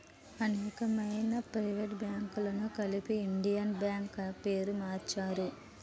అనేకమైన ప్రైవేట్ బ్యాంకులను కలిపి ఇండియన్ బ్యాంక్ గా పేరు మార్చారు